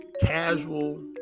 casual